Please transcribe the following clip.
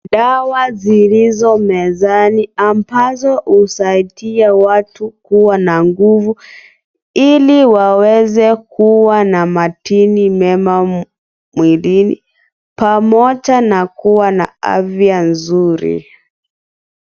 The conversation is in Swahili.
Dawa zilizo mezani ambazo husaidia watu kuwa na nguvu, ili waweze kuwa na madini mema mwilini, pamoja na kuwa na afya nzuri.